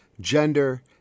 gender